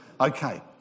Okay